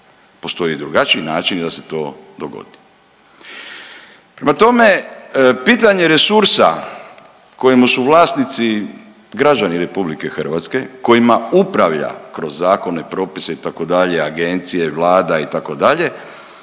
postoji i drugačiji način da se to dogodi. Prema tome, pitanje resursa kojemu su vlasnici građani RH, kojima upravlja kroz zakone, propise itd. agencije, Vlada itd.